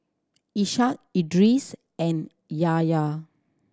Ishak Idris and Yahya